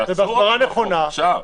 זה כבר אסור בחוק עכשיו.